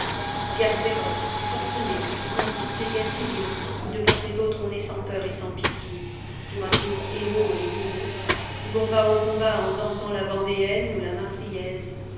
guerre féroce forcenée comme toutes les guerres civiles où de part et d'autre on est sans peur et sans pitié tour à tour héros et bourreau où l'on va au combat en dansant la vendéenne ou la marseillaise